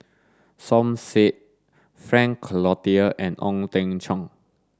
Som Said Frank Cloutier and Ong Teng Cheong